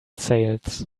sails